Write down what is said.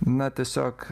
na tiesiog